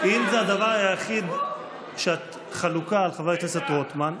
אם זה הדבר היחיד שבו את חלוקה על חבר הכנסת רוטמן,